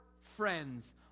friends